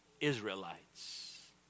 Israelites